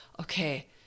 okay